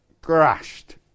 crashed